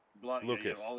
Lucas